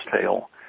tale